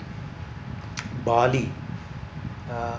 bali uh